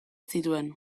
zituen